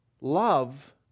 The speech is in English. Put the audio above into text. Love